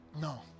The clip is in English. No